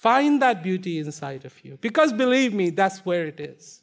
find that beauty inside a few because believe me that's where it is